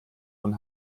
von